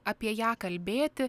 apie ją kalbėti